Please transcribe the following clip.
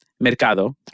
Mercado